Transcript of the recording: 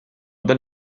del